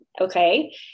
Okay